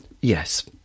Yes